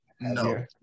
No